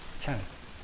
chance